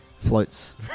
floats